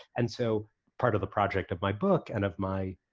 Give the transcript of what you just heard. and so part of the project of my book and of my